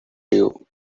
you